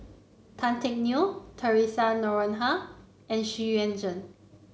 Tan Teck Neo Theresa Noronha and Xu Yuan Zhen